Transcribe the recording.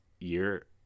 year